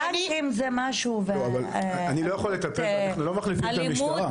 בנקים זה משהו אנחנו לא מחליפים את המשטרה.